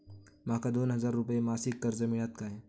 माका दोन हजार रुपये मासिक कर्ज मिळात काय?